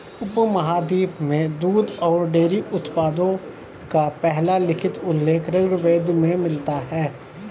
उपमहाद्वीप में दूध और डेयरी उत्पादों का पहला लिखित उल्लेख ऋग्वेद में मिलता है